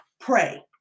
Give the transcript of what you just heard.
Pray